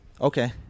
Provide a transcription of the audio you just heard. Okay